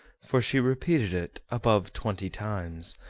for she repeated it above twenty times,